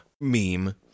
meme